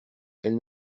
elle